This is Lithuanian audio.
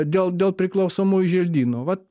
dėl dėl priklausomųjų želdynų vat